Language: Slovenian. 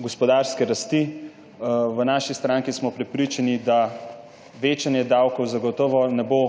gospodarske rasti. V naši stranki smo prepričani, da večanje davkov zagotovo ne bo